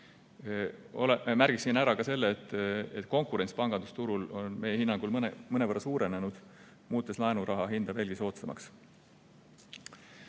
Märgiksin ära ka selle, et konkurents pangandusturul on meie hinnangul mõnevõrra suurenenud, muutes laenuraha hinda veelgi soodsamaks.